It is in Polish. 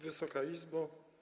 Wysoka Izbo!